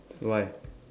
why